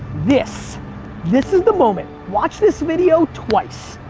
this this is the moment. watch this video twice.